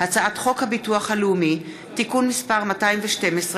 הצעת חוק הביטוח הלאומי (תיקון מס' 212),